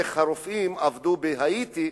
איך הרופאים עבדו בהאיטי,